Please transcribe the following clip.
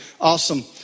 Awesome